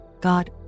God